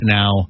now